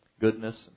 goodness